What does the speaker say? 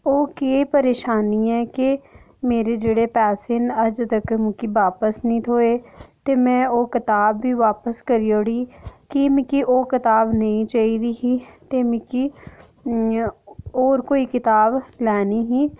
ओह् केह् परेशानी ऐ कि मेरे जेह्ड़े पैसे न अजें तक्कर मिकी बापस निं थ्होए ते में ओह् कताब बी बापस करी ओड़ी कि मी ओह् कताब नेईं चाहिदी ही ते मिकी होर कोई कताब लैनी ही